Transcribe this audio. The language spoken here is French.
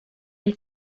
est